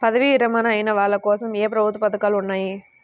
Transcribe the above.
పదవీ విరమణ అయిన వాళ్లకోసం ఏ ప్రభుత్వ పథకాలు ఉన్నాయి?